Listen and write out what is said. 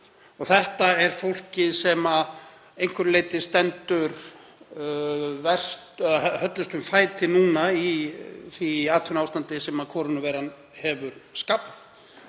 og þetta er fólkið sem að einhverju leyti stendur höllustum fæti núna í því atvinnuástandi sem kórónuveiran hefur skapað.